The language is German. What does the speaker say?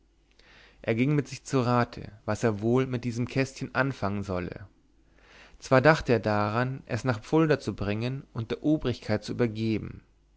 er ging mit sich zu rate was er wohl mit diesem kästchen anfangen solle zwar dachte er daran es nach fulda zu bringen und der obrigkeit zu übergeben